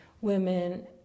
women